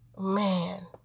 Man